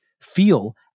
feel